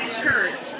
church